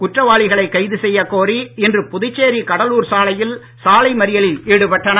குற்றவாளிகளைக் கைது செய்யக் கோரி இன்று புதுச்சேரி கடலூர் சாலையில் சாலை மறியலில் ஈடுபட்டனர்